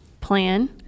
plan